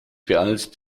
beeilst